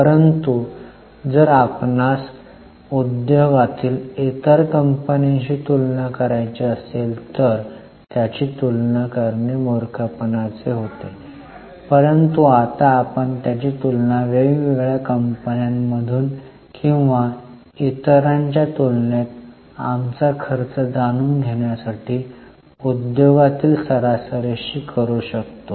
परंतु जर आपणास उद्योगातील इतर कंपन्यांशी तुलना करायची असेल तर त्याची तुलना करणे मूर्खपणाचे होते परंतु आता आपण त्याची तुलना वेगवेगळ्या कंपन्यांमधून किंवा इतरांच्या तुलनेत आमचा खर्च जाणून घेण्यासाठी उद्योगातील सरासरीशी करू शकतो